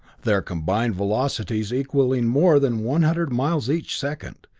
their combined velocities equalling more than one hundred miles each second.